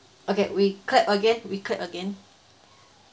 okay we clap again we clap again